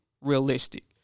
realistic